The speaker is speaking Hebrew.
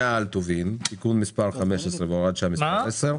הקניה על טובין (תיקון מס' 15 והוראת שעה מס' 10),